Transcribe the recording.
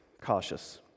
cautious